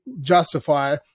justify